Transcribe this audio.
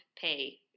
pay